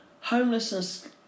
homelessness